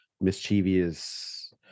mischievous